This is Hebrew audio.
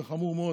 זה חמור מאוד.